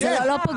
לא פוגעים.